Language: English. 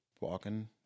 walking